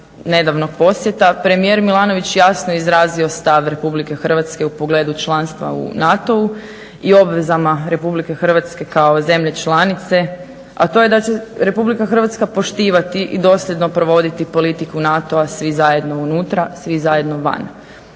premijer Milanović jasno je izrazio stav Republike Hrvatske u pogledu članstva u NATO-u i obvezama Republike Hrvatske kao zemlje članice, a to je da će Republika Hrvatska poštivati i dosljedno provoditi politiku NATO-a svi zajedno unutra, svi zajedno van